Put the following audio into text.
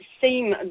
seem